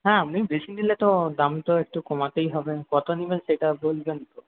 হ্যাঁ আপনি বেশি নিলে তো দাম তো একটু কমাতেই হবে কত নেবেন সেটা বলবেন তো